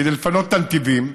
כדי לפנות את הנתיבים,